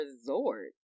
resort